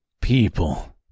people